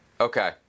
Okay